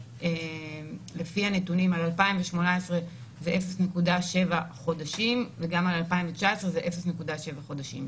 לפי הנתונים של 2018 זה 0.7 חודשים וגם על 2019 זה 0.7 חודשים.